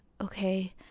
okay